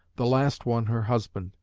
the last one her husband.